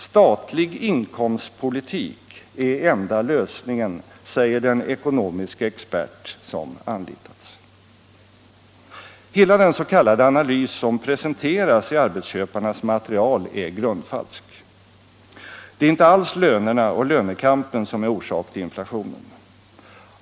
”Statlig inkomstpolitik” är enda lösningen, säger den ekonomiske expert som anlitats. Hela den s.k. analys som presenteras i arbetsköparnas material är grundfalsk. Det är inte alls lönerna och lönekampen som är orsak till inflationen.